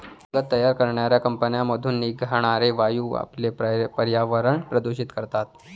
कागद तयार करणाऱ्या कंपन्यांमधून निघणारे वायू आपले पर्यावरण प्रदूषित करतात